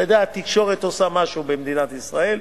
אתה יודע, התקשורת עושה משהו במדינת ישראל.